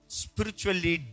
spiritually